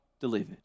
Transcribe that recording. delivered